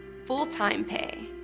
full-time pay,